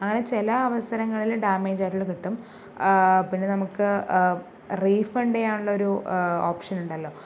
അങ്ങനെ ചില അവസരങ്ങളിൽ ഡാമേജായിട്ടുള്ളത് കിട്ടും പിന്നെ നമുക്ക് റീഫണ്ട് ചെയ്യാനുള്ളൊരു ഓപ്ഷനുണ്ടല്ലോ